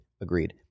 Agreed